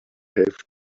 have